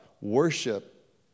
worship